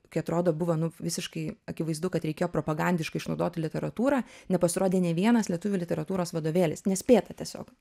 kai atrodo buvo nu visiškai akivaizdu kad reikėjo propagandiškai išnaudoti literatūrą nepasirodė nei vienas lietuvių literatūros vadovėlis nespėta tiesiog